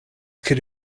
could